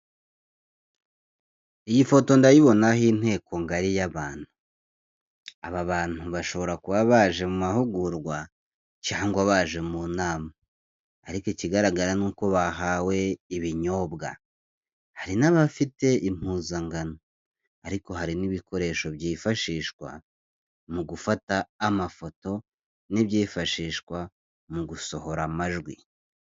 Iyi foto ndayibonaho inteko ngari y'abantu, aba bantu bashobora kuba baje mu mahugurwa cyangwa baje mu nama, ariko ikigaragara ni uko bahawe ibinyobwa, hari n'abafite impuzangano, ariko hari n'ibikoresho byifashishwa mu gufata amafoto n'ibyifashishwa mu gusohora amajwi.